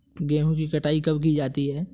गेहूँ की कटाई कब की जाती है?